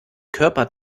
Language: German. körper